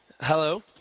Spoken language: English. Hello